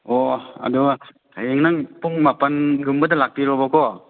ꯑꯣ ꯑꯗꯨ ꯍꯌꯦꯡ ꯅꯪ ꯄꯨꯡ ꯃꯥꯄꯜꯒꯨꯝꯕꯗ ꯂꯥꯛꯄꯤꯔꯣꯕꯀꯣ